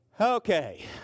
Okay